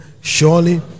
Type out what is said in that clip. Surely